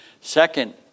Second